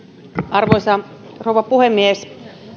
arvoisa rouva puhemies